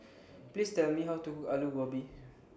Please Tell Me How to Cook Alu Gobi